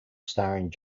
starring